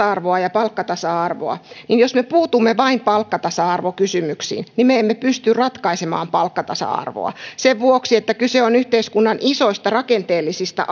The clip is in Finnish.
arvoa ja palkkatasa arvoa ja jos me puutumme vain palkkatasa arvokysymyksiin niin me emme pysty ratkaisemaan palkkatasa arvoa sen vuoksi että kyse on yhteiskunnan isoista rakenteellisista